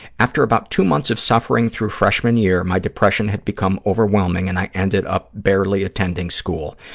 after about two months of suffering through freshman year, my depression had become overwhelming and i ended up barely attending school.